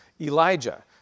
Elijah